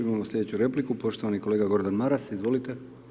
Imamo sljedeću repliku, poštovani kolega Gordan Maras, izvolite.